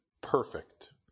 perfect